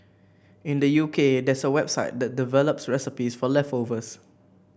in the U K there's a website that develops recipes for leftovers